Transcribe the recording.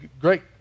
great